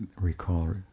recall